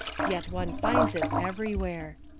yet one finds it everywhere.